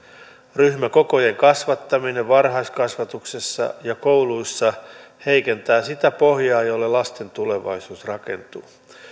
ryhmäkokojen kasvattaminen varhaiskasvatuksessa ja kouluissa heikentää sitä pohjaa jolle lasten tulevaisuus rakentuu